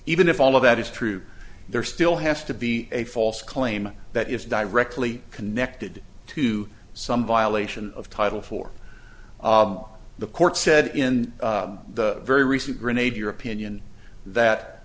even if all of that is true there still has to be a false claim that is directly connected to some violation of title for the court said in the very recent granade your opinion that